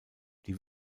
die